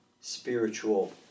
spiritual